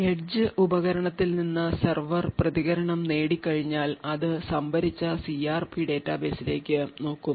edge ഉപകരണത്തിൽ നിന്ന് server പ്രതികരണം നേടികഴിഞ്ഞാൽ അത് സംഭരിച്ച സിആർപി ഡാറ്റാബേസിലേക്ക് നോക്കും